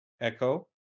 Echo